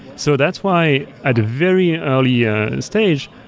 so that's why at a very early ah and stage,